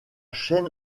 chaîne